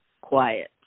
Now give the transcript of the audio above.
quiet